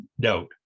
doubt